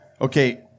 okay